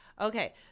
Okay